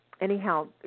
Anyhow